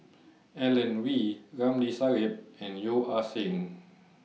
Alan Oei Ramli Sarip and Yeo Ah Seng